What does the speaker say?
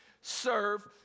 serve